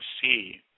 see